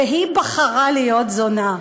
והיא בחרה להיות זונה.